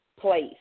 place